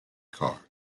card